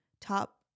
top